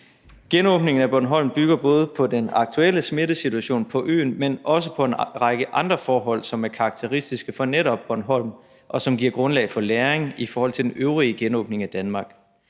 Genåbningen af Bornholm bygger både på den aktuelle smittesituation på øen, men også på en række andre forhold, som er karakteristiske for netop Bornholm, og som giver grundlag for læring i forhold til den øvrige genåbning af Danmark.